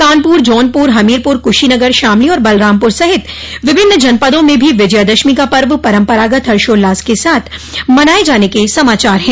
कानपुर जौनपुर हमीरपुर कुशीनगर शामली और बलरामपुर सहित विभिन्न जनपदों में भी विजयादशमी का पर्व परंपरागत हर्षोल्लास के साथ मनाये जाने के समाचार हैं